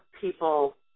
people